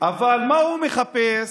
אבל מה הוא מחפש?